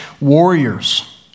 warriors